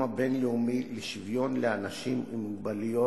הבין-לאומי לשוויון לאנשים עם מוגבלויות"